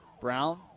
Brown